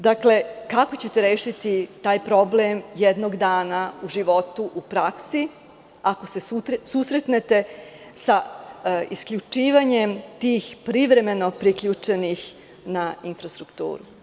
Dakle, kako ćete rešiti taj problem jednog dana u životu, u praksi ako se susretnete sa isključivanjem tih privremeno priključenih na infrastrukturu?